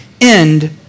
end